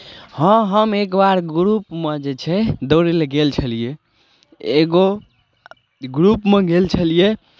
हँ हम एक बार ग्रुपमे जे छै दौड़य लेल गेल छलियै एगो ग्रुपमे गेल छलियै